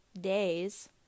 days